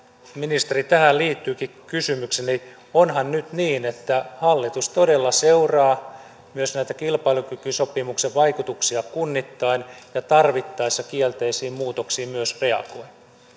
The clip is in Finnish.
ministeri tähän liittyykin kysymykseni onhan nyt niin että hallitus todella seuraa myös näitä kilpailukykysopimuksen vaikutuksia kunnittain ja tarvittaessa kielteisiin muutoksiin myös reagoi